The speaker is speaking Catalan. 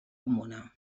comuna